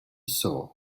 saw